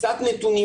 קצת נתונים,